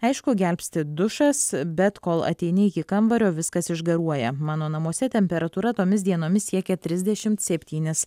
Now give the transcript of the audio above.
aišku gelbsti dušas bet kol ateini iki kambario viskas išgaruoja mano namuose temperatūra tomis dienomis siekė trisdešimt septynis